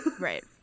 right